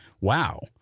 wow